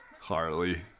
Harley